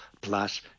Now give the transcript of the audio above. plus